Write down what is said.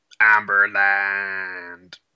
Amberland